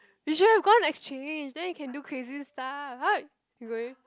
we should've gone exchange then you can do crazy stuff !huh! you going